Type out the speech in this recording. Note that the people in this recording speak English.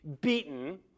beaten